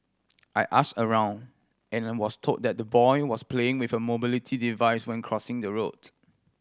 I asked around and was told that the boy was playing with a mobility device when crossing the road